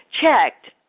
checked